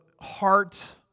heart